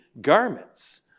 garments